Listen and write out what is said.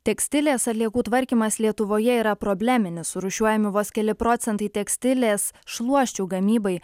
tekstilės atliekų tvarkymas lietuvoje yra probleminis surūšiuojami vos keli procentai tekstilės šluosčių gamybai